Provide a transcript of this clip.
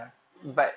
mm